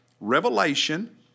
Revelation